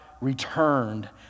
returned